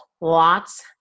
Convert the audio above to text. lots